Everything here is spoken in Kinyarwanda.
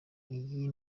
iyi